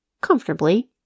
comfortably